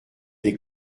des